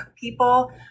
people